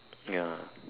ya